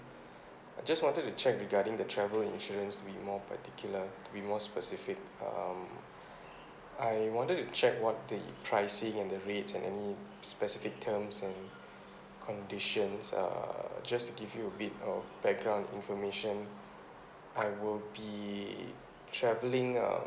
I just wanted to check regarding the travel insurance be more particular to be more specific um I wanted to check what the pricing and the rates and any specific terms and conditions uh just to give you a bit of background information I will be travelling um